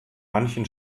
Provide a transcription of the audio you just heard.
manchen